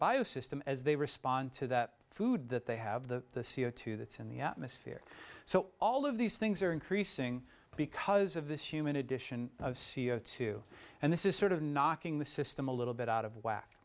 bio system as they respond to the food that they have the c o two that's in the atmosphere so all of these things are increasing because of this human edition of c o two and this is sort of knocking the system a little bit out of whack